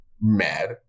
mad